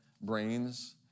brains